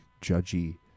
judgy